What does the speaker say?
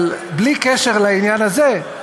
אבל בלי קשר לעניין הזה,